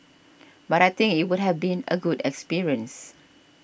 but I think it would have been a good experience